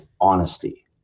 honesty